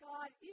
God